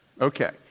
okay